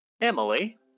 Emily